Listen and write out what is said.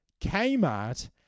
Kmart